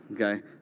okay